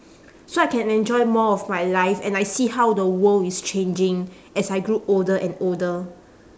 so I can enjoy more of my life and I see how the world is changing as I grew older and older